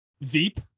Veep